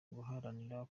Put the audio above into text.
guharanira